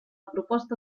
proposta